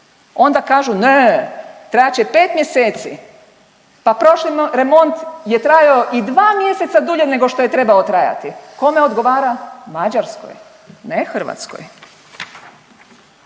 Onda kažu ne, trajat će 5 mjeseci. Pa prošli remont je trajao i 2 mjeseca dulje nego što je trebao trajati. Kome odgovara? Mađarskoj. Ne Hrvatskoj.